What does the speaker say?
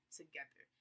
together